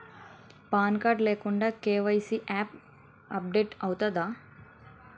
Pan card లేకుండా KYC update అవుతుందా?